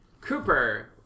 Cooper